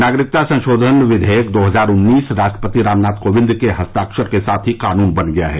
नागरिकता संशोधन विघेयक दो हजार उन्नीस राष्ट्रपति रामनाथ कोविंद के हस्ताक्षर के साथ ही कानून बन गया है